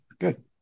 good